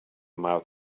mouth